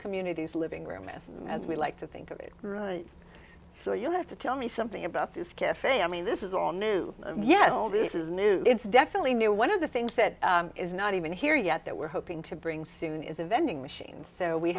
communities living room with as we like to think of it so you have to tell me something about this cafe i mean this is all new yet all this is new it's definitely new one of the things that is not even here yet that we're hoping to bring soon is a vending machine so we